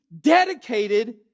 dedicated